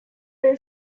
than